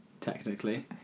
technically